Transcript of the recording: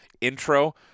intro